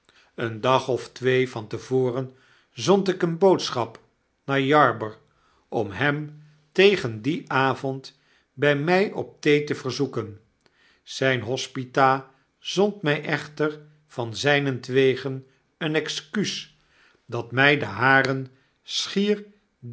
een dag of twee van te voren zond ik eene boodschap naar jarber om hem tegen dien avond by mij op thee te verzoeken zyne hospita zond my echter van zynentwege een excuus dat my de haren schier